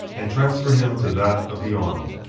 and transfer him to that of the army.